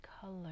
color